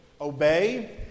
Obey